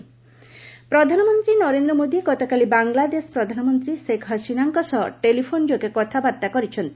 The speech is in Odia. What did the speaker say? ମୋଦି ବାଂଲାଦେଶ ପିଏମ୍ ପ୍ରଧାନମନ୍ତ୍ରୀ ନରେନ୍ଦ୍ର ମୋଦି ଗତକାଲି ବାଂଲାଦେଶ ପ୍ରଧାନମନ୍ତ୍ରୀ ସେଖ୍ ହସିନାଙ୍କ ସହ ଟେଲିଫୋନ୍ ଯୋଗେ କଥାବାର୍ତ୍ତା କରିଛନ୍ତି